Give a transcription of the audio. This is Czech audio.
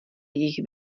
jejich